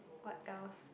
what else